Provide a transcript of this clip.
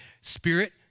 spirit